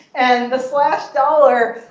and the slash dollar,